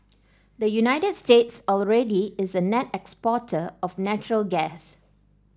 the United States already is a net exporter of natural gas